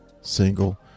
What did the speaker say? single